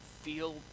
feel